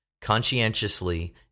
Conscientiously